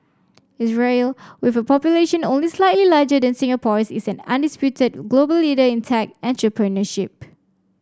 Israel with a population only slightly larger than Singapore's is an undisputed global leader in tech entrepreneurship